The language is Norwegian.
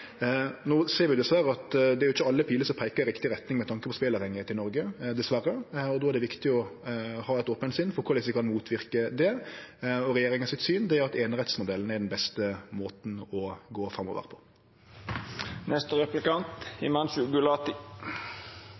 No ser vi dessverre at det ikkje er alle piler som peikar i riktig retning med tanke på speleavhengigheit i Noreg, og då er det viktig å ha eit ope sinn for korleis vi kan motverke det. Regjeringa sitt syn er at einerettsmodellen er den beste måten å gjere det på framover.